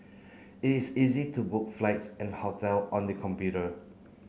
it is easy to book flights and hotel on the computer